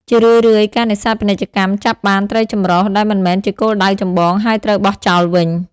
ជារឿយៗ ការនេសាទពាណិជ្ជកម្មចាប់បាន ត្រីចម្រុះ ដែលមិនមែនជាគោលដៅចម្បង ហើយត្រូវបោះចោលវិញ។